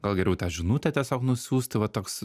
gal geriau tą žinutę tiesiog nusiųsti va toks